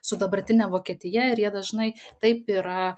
su dabartine vokietija ir jie dažnai taip yra